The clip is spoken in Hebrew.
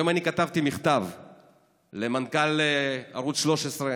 היום כתבתי מכתב למנכ"ל ערוץ 13,